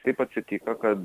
taip atsitiko kad